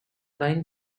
line